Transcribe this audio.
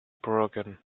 broken